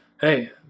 hey